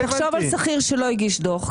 תחשוב על שכיר שלא הגיש דוח.